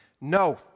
No